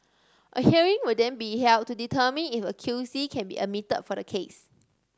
a hearing will then be held to determine if a QC can be admitted for the case